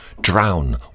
drown